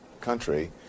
country